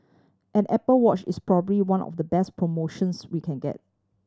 an Apple Watch is probably one of the best promotions we can get